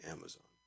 Amazon